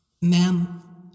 Ma'am